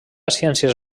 ciències